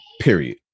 period